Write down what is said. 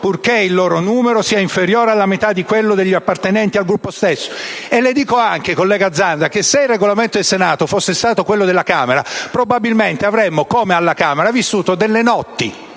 purché il loro numero sia inferiore alla metà di quello degli appartenenti al Gruppo stesso». E le dico anche, collega Zanda, che, se il Regolamento del Senato fosse stato quello della Camera, probabilmente avremmo, come alla Camera, vissuto delle notti